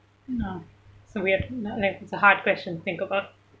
no so weird not like it's a hard question to think about